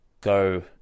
go